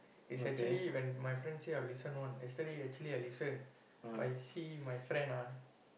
is actually when my friend said I will listen one yesterday actually I listen but you see my friend ah